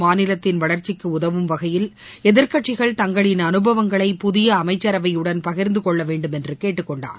மாநிலத்தின் வளர்ச்சிக்கு உதவும் வகையில் எதிர்க்கட்சிகள் தங்களின் அனுபவங்களை புதிய அமைச்சரவையுடன் பகிர்ந்து கொள்ள வேண்டும் என்று கேட்டுக் கொண்டார்